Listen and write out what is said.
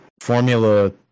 Formula